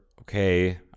Okay